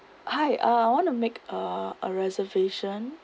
hi uh I want to make a a reservation